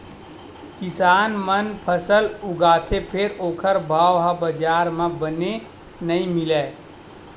किसान मन फसल उगाथे फेर ओखर भाव ह बजार म बने नइ मिलय